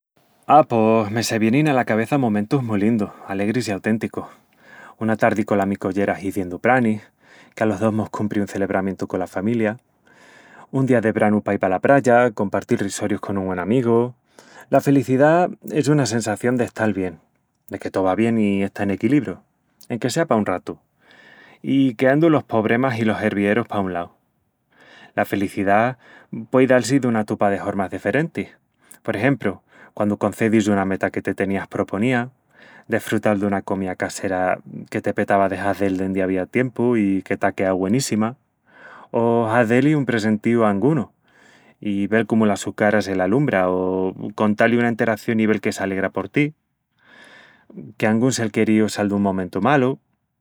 A, pos me se vienin ala cabeça momentus mu lindus, alegris i auténticus. Una tardi cola mi collera hiziendu pranis, que alos dos mos cumpri un celebramientu cola familia, un día de branu paí pa la praya, compartil risorius con un güen amigu. La felicidá es una sensación d'estal bien, de que tó va bien i está en equilibru, enque sea pa un ratu, i queandu los pobremas i los hervierus pa un lau. La felicidá puei dal-si duna tupa de hormas deferentis: por exempru, quandu concedis una meta que te tenías proponía, desfrutal duna comía casera que te petava de hazel dendi avía tiempu i que t'á queau güeníssima,... o hazé-li un presentiu a angunu, i vel cómu la su cara se l'alumbra o contá-li una enteración i vel que s'alegra por ti, que angún sel queríu sal dun momentu malu...